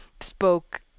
spoke